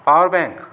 power bank